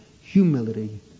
Humility